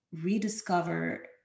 rediscover